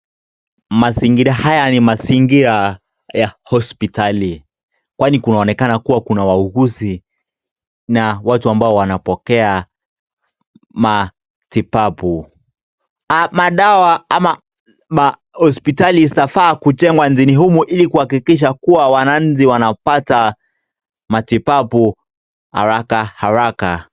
Mazingira haya ni mazingira ya hospitali kwani kunaonekana kuwa kuna wauguzi na watu ambao wanapokea matibabu. Madawa ama hospitali zafaa kujengwa nchini humo ili kuhakikisha kuwa wananchi wanapata matibabu harakaharaka.